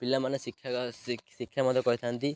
ପିଲାମାନେ ଶିକ୍ଷା ମଧ୍ୟ କରିଥାନ୍ତି